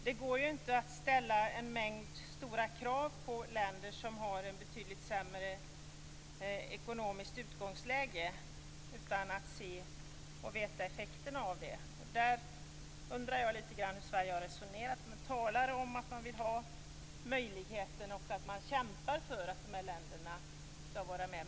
Det går ju inte att ställa en mängd krav på länder som har ett betydligt sämre ekonomiskt utgångsläge utan att man vet vilka effekter det blir. Jag undrar lite grann hur Sverige har resonerat. Man talar om att man vill ha möjligheter och om att man kämpar för att dessa länder skall vara med.